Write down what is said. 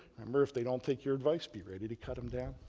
remember if they don't take your advice, be ready to cut them down.